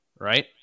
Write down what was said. right